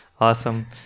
Awesome